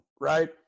right